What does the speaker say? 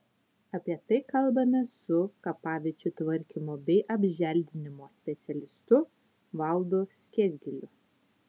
apie tai kalbamės su kapaviečių tvarkymo bei apželdinimo specialistu valdu skiesgilu